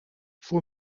voor